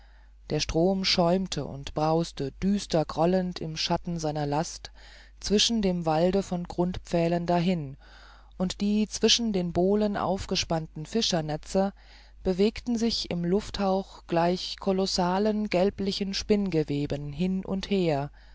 der strom schäumte und brauste düster grollend im schatten seiner last zwischen dem walde von grundpfählen dahin und die zwischen den bohlen aufgespannten fischernetze bewegten sich im lufthauch gleich kolossalen gelblichen spinngeweben hin und her